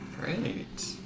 Great